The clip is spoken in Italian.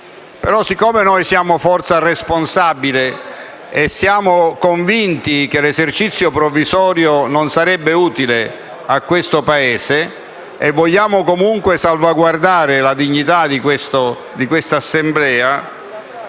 però, siamo una forza responsabile, siamo convinti che l'esercizio provvisorio non sarebbe utile a questo Paese e vogliamo comunque salvaguardare la dignità di quest'Assemblea;